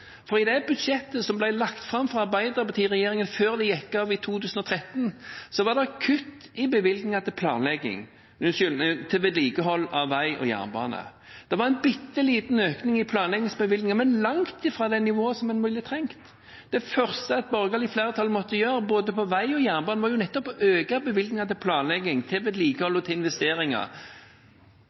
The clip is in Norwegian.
for i det budsjettet som ble lagt fram fra Arbeiderparti-regjeringen før den gikk av i 2013, var det kutt i bevilgninger til vedlikehold av vei og jernbane. Det var en bitte liten økning i planleggingsbevilgninger, men langt fra det nivået som en ville trengt. Det første et borgerlig flertall måtte gjøre, både på vei og på jernbane, var nettopp å øke bevilgningene til planlegging, til vedlikehold og til investeringer.